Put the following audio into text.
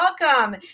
welcome